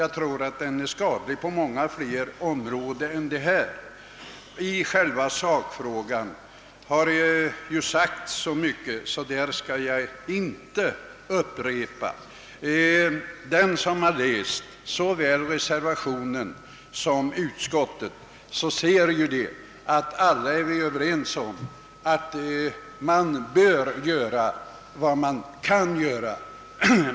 Jag tror att den är skadlig på många fler områden än detta. I själva sakfrågan har det redan sagts så mycket att jag inte skall ytterligare upprepa argumenten. Den som läser såväl reservationen som utskottets skrivning finner, att vi är överens om att man bör göra vad som kan göras.